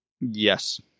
Yes